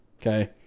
okay